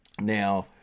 Now